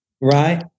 right